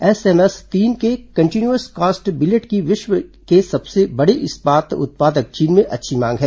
SMS तीन के continuous cast billet की विश्व के सबसे बड़े इस्पात उत्पादक चीन में अच्छी मांग है